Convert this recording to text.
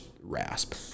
RASP